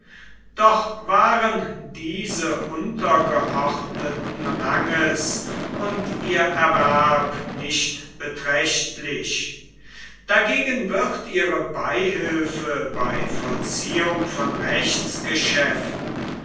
doch waren diese untergeordneten ranges und ihr erwerb nicht beträchtlich dagegen wird ihre beihilfe bei vollziehung von